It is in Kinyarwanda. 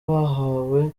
bahawe